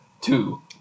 two